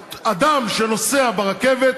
אדם שנוסע ברכבת,